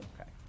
Okay